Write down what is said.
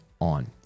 on